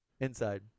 inside